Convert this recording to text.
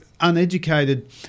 uneducated